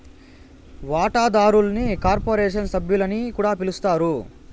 వాటాదారుల్ని కార్పొరేషన్ సభ్యులని కూడా పిలస్తారు